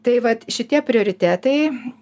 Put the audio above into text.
tai vat šitie prioritetai